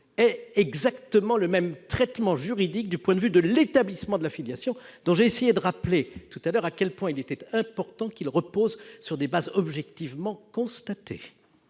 aient exactement le même traitement juridique du point de vue de l'établissement de la filiation, dont j'ai essayé de rappeler tout à l'heure à quel point il était important qu'il repose sur des bases objectivement constatées,